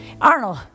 Arnold